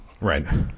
Right